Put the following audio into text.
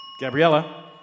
Gabriella